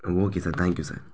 ah okay sir thank you sir